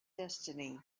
destiny